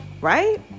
Right